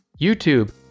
YouTube